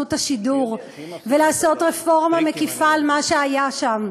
השידור ולעשות רפורמה מקיפה על מה שהיה שם,